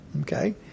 okay